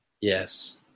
Yes